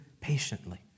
patiently